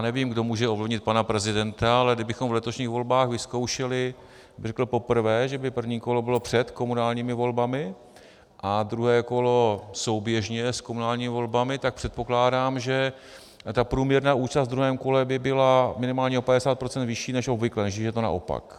Nevím, kdo může ovlivnit pana prezidenta, ale kdybychom v letošních volbách vyzkoušeli, poprvé, že by první kolo bylo před komunálními volbami a druhé kolo souběžně s komunálními volbami, tak předpokládám, že ta průměrná účast ve druhém kole by byla minimálně o 50 % vyšší než obvykle, než když je to naopak.